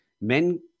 Men